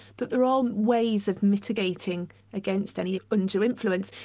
but there are ways of militating against any undue influence.